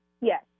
Yes